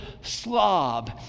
slob